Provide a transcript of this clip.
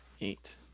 Eight